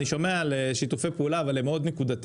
אני שומע על שיתופי פעולה אבל הם מאוד נקודתיים.